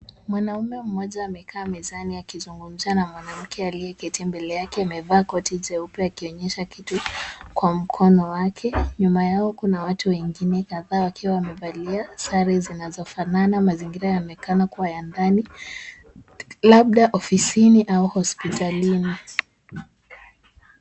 Mwanaume mmoja amekaa mezani akizungumza na mwanamke aliyeketi mbele yake amevaa koti jeupe akionyesha kitu kwa mkono wake. Nyuma yao kuna watu wengine kadhaa wakiwa wamevalia sare zinazofanana. Mazingira yaonekana ya ndani labda ofisini au hospitalini.